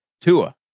Tua